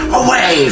away